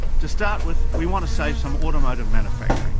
to start with, we want to save some automotive manufacturing